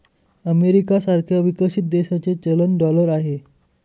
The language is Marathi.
अमेरिका सारख्या विकसित देशाचे चलन डॉलर आहे